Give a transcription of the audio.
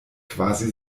quasi